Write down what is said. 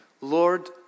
Lord